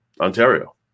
Ontario